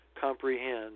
comprehend